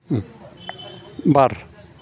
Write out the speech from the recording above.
बार